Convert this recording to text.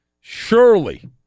surely